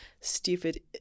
stupid